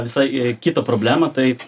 visai į kitą problemą tai